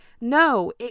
No